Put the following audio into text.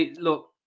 look